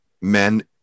men